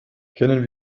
kennen